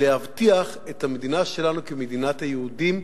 להבטיח את המדינה שלנו כמדינת היהודים,